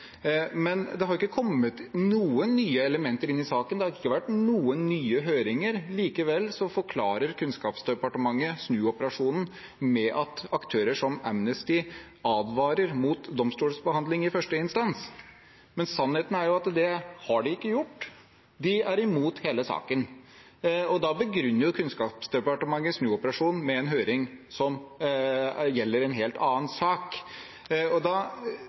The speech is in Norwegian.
Men det har ikke kommet noen nye elementer inn i saken, det har ikke vært noen nye høringer. Likevel forklarer Kunnskapsdepartementet snuoperasjonen med at aktører som Amnesty advarer mot domstolsbehandling i første instans. Men sannheten er jo at det har de ikke gjort – de er imot hele saken. Da begrunner Kunnskapsdepartementet snuoperasjonen med en høring som gjelder en helt annen sak. Da